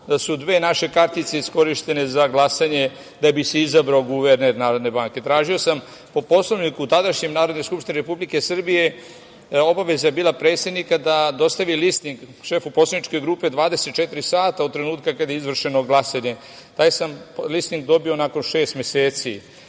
da su dve naše kartice iskorišćene za glasanje da bi se izabrao guverner Narodne banke. Tražio sam po Poslovniku, tadašnjem Narodne skupštine Republike Srbije, obaveza je bila predsednika da dostavi listing šefu poslaničke grupe u roku od 24 sata od trenutka kada je izvršeno glasanje. Taj sam listing dobio nakon šest meseci.U